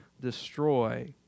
destroy